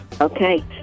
Okay